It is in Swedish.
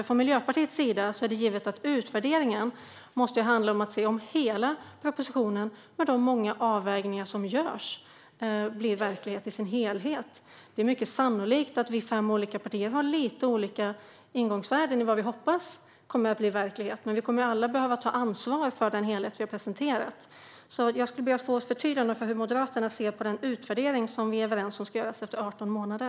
Från Miljöpartiets sida är det givet att utvärderingen måste handla om att se om hela propositionen, med de många avvägningar som görs, blir verklighet i sin helhet. Det är mycket sannolikt att vi fem olika partier har lite olika ingångsvärden i vad vi hoppas kommer att bli verklighet, men vi kommer alla att behöva ta ansvar för den helhet vi har presenterat. Jag ska därför be att få ett förtydligande av hur Moderaterna ser på den utvärdering som vi är överens om ska göras efter 18 månader.